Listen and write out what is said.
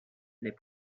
les